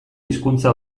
hizkuntza